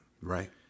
Right